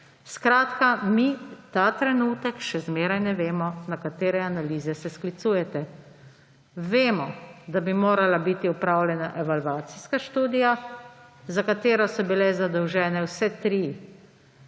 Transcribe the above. Skratka, mi ta trenutek še zmeraj ne vemo, na katere analize se sklicujete. Vemo, da bi morala biti opravljena evalvacijska študija, za katero so bile zadolžene vse tri